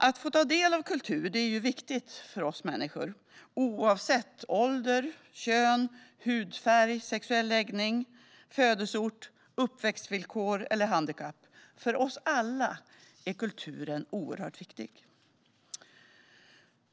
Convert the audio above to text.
Att få ta del av kultur är viktigt för oss människor, oavsett ålder, kön, hudfärg, sexuell läggning, födelseort, uppväxtvillkor eller handikapp. För oss alla är kulturen oerhört viktig.